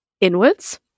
inwards